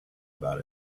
about